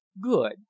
Good